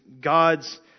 God's